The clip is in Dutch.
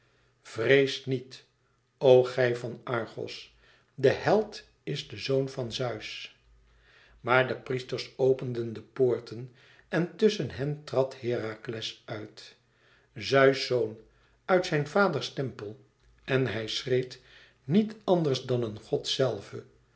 vreest niet o gij van argos de held is de zoon van zeus maar de priesters openden de poorten en tusschen hen trad herakles uit zeus zoon uit zijn vaders tempel en hij schreed niet anders dan een god zelve